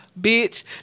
bitch